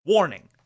Warning